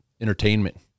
entertainment